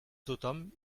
tothom